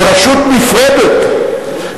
ברשות נפרדת,